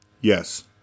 Yes